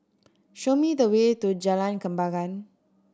show me the way to Jalan Kembangan